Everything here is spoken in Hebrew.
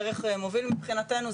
ערך מוביל מבחינתנו,